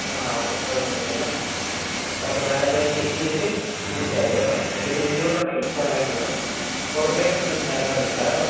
ആ കുഴപ്പമൊന്നൂല്ലല്ലേ okay madam എന്തായാലും ചെക്ക് ചെയ്തിട്ട് വിളിച്ചാൽ മതി കേട്ടോ എന്തേലും ബുദ്ധിമുട്ടുണ്ടെങ്കിൽ കോൺടാക്ട് ചെയ്യണം പുറത്തേക്കൊന്നും ഇറങ്ങാൻ നിൽക്കേണ്ട കേട്ടോ